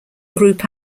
group